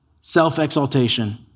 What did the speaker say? self-exaltation